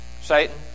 Satan